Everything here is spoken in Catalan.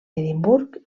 edimburg